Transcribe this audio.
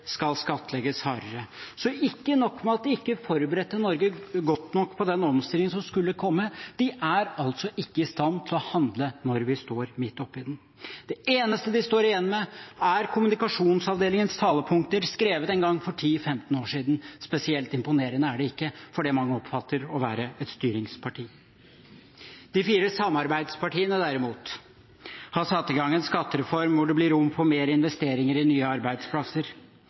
skal skattlegges hardere. Så ikke nok med at de ikke forberedte Norge godt nok på den omstillingen som skulle komme – de er altså ikke i stand til å handle når vi står midt oppe i den. Det eneste de står igjen med, er kommunikasjonsavdelingens talepunkter skrevet en gang for 10–15 år siden. Spesielt imponerende er det ikke for det mange oppfatter å være et styringsparti. De fire samarbeidspartiene derimot har satt i gang en skattereform hvor det blir rom for mer investeringer i nye arbeidsplasser